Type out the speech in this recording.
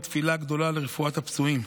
ותפילה גדולה לרפואת הפצועים.